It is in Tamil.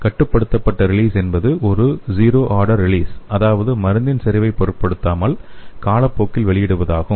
கட்டுப்படுத்தப்பட்ட ரிலீஸ் என்பது ஒரு ஸீரோ ஆர்டர் ரிலீஸ் அதாவது மருந்தின் செறிவைப் பொருட்படுத்தாமல் காலப்போக்கில் வெளியிடுவதாகும்